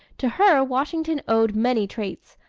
to her washington owed many traits,